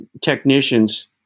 technicians